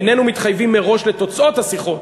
איננו מתחייבים מראש לתוצאות השיחות,